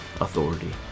authority